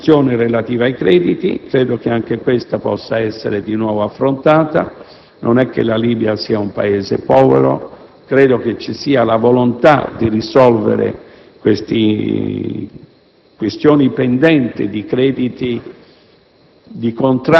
poi la questione relativa ai crediti e credo che anche questa possa essere di nuovo affrontata. Non è che la Libia sia un Paese povero. Ritengo vi sia la volontà di risolvere tali questioni pendenti, di crediti,